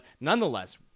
nonetheless